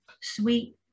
sweet